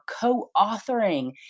co-authoring